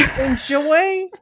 Enjoy